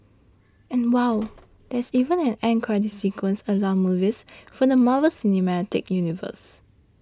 and wow there's even an end credit sequence a la movies from the Marvel cinematic universe